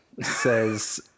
says